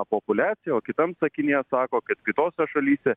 populiaciją o kitam sakinyje sako kad kitose šalyse